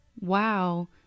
Wow